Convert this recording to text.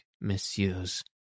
messieurs